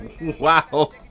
Wow